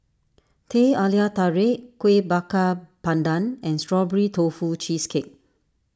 Teh Halia Tarik Kuih Bakar Pandan and Strawberry Tofu Cheesecake